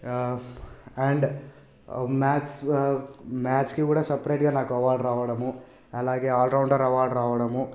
and maths మ్యాథ్స్కి కూడా సపరేట్గా నాకు అవార్డు రావడము అలాగే ఆల్రౌండర్ అవార్డు రావడము